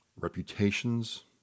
reputations